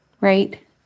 right